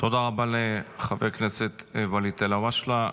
תודה רבה לחבר הכנסת ואליד אלהואשלה.